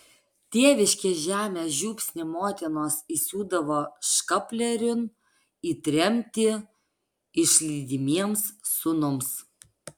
tėviškės žemės žiupsnį motinos įsiūdavo škaplieriun į tremtį išlydimiems sūnums